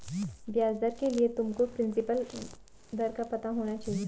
ब्याज दर के लिए तुमको प्रिंसिपल दर का पता होना चाहिए